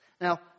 Now